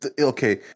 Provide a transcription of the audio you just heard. Okay